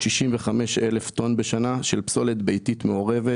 365,000 טון בשנה של פסולת ביתית מעורבת